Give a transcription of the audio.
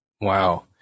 Wow